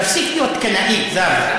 תפסיקי להיות קנאית, זהבה.